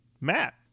Matt